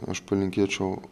aš palinkėčiau